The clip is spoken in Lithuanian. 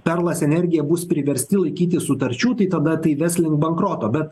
perlas energija bus priversti laikytis sutarčių tai tada tai ves link bankroto bet